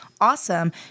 awesome